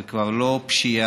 זו כבר לא פשיעה.